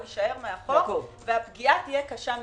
יישאר מאחור והפגיעה תהיה קשה מנשוא.